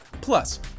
Plus